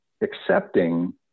accepting